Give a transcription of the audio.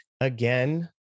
again